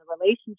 relationship